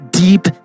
deep